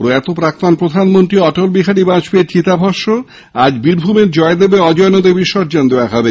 প্রয়াত প্রাক্তন প্রধানমন্ত্রী অটল বিহারী বাজপেয়ীর চিতাভস্ম আজ বীরভূমের জয়দেবে অজয় নদে বিসর্জন দেওয়া হবে